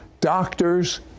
Doctors